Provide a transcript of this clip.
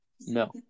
No